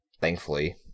thankfully